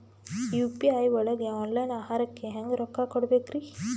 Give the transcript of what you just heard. UPI ಒಳಗ online ಆಹಾರಕ್ಕೆ ಹೆಂಗ್ ರೊಕ್ಕ ಕೊಡಬೇಕ್ರಿ?